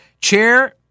Chair